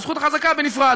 וזכות החזקה בנפרד,